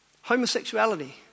Homosexuality